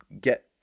get